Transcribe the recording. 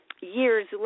years